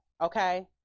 okay